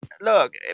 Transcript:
look